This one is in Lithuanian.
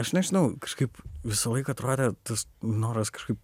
aš nežinau kažkaip visąlaik atrodė tas noras kažkaip